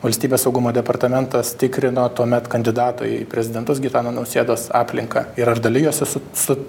valstybės saugumo departamentas tikrino tuomet kandidato į prezidentus gitano nausėdos aplinka ir ar dalijosi su su